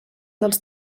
dels